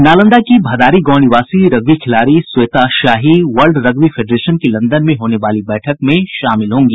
नालंदा की भदारी गांव निवासी रग्बी खिलाड़ी Shweta Shahi world rugby federation की लंदन में होने वाली बैठक में शामिल होंगी